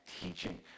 teaching